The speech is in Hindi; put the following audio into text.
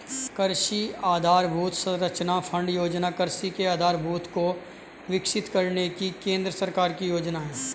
कृषि आधरभूत संरचना फण्ड योजना कृषि के आधारभूत को विकसित करने की केंद्र सरकार की योजना है